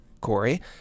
Corey